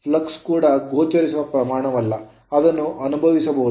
flux ಕೂಡ ಗೋಚರಿಸುವ ಪ್ರಮಾಣವಲ್ಲ ಅದನ್ನು ಅನುಭವಿಸಬಹುದು